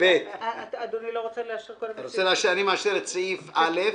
מי בעד סעיף (א)?